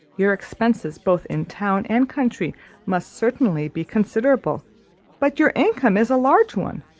your expenses both in town and country must certainly be considerable but your income is a large one.